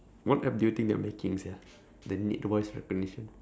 what app do you think they are making sia that need voice recognition